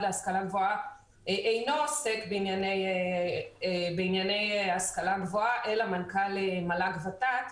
להשכלה גבוהה אינו עוסק בענייני השכלה גבוהה אלא מנכ"ל מל"ג- ות"ת,